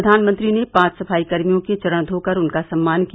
प्रधानमंत्री ने पाँच सफाई कर्मियों के चरण धोकर उनका सम्मान किया